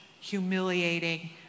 humiliating